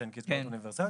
שהן קצבאות אוניברסליות,